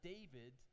David